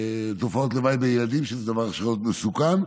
תופעות לוואי בילדים שזה דבר שיכול להיות מסוכן.